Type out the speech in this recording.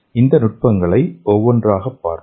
இந்த நுட்பங்களை ஒவ்வொன்றாக பார்ப்போம்